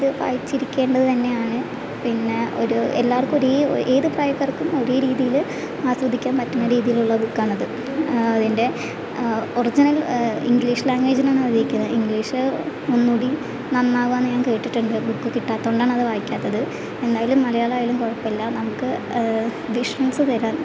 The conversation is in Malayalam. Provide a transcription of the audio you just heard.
ഇത് വായിച്ചിരിക്കേണ്ടത് തന്നെയാണ് പിന്നെ ഒരു എല്ലാർക്കും ഒരേ ഏതു പ്രായക്കാർക്കും ഒരേ രീതിയിൽ ആസ്വദിക്കാൻ പറ്റണ രീതിയിലുള്ള ഒരു ബുക്കാണത് അതിൻ്റെ ഒറിജിനൽ ഇംഗ്ലീഷ് ലാംഗ്വേജിലാണ് എഴുതിയിരിക്കണത് ഇംഗ്ലീഷ് ഒന്നുകൂടി നന്നാവുകയാണെന്ന് ഞാൻ കേട്ടിട്ടുണ്ട് ബുക്ക് കിട്ടാത്തതുകൊണ്ടാണത് വായിക്കാത്തത് എന്നാലും മലയാളം ആയാലും കുഴപ്പമില്ല നമുക്ക് വിഷൻസ് തരാൻ